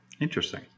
Interesting